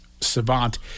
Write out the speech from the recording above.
savant